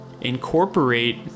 incorporate